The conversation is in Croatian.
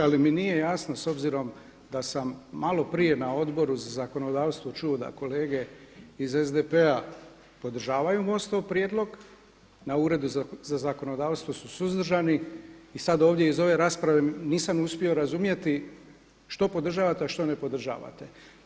Ali mi nije jasno s obzirom da sam malo prije na Odboru za zakonodavstvo čuo da kolege iz SDP-a podržavaju MOST-ov prijedlog, na Uredu za zakonodavstvo su suzdržani i sada ovdje iz ove rasprave nisam uspio razumjeti što podržavate a što ne podržavate.